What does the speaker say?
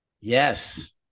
yes